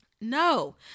No